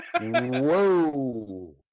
Whoa